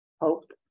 Hope